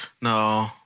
no